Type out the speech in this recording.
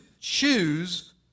choose